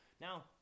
now